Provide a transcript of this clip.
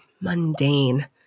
mundane